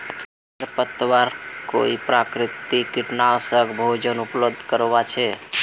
खरपतवार कई प्राकृतिक कीटनाशकेर भोजन उपलब्ध करवा छे